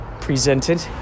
presented